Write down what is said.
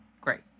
great